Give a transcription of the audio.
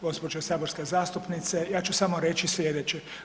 Gospođo saborska zastupnice, ja ću samo reći slijedeće.